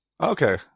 Okay